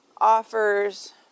offers